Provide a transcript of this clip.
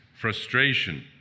frustration